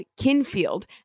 Kinfield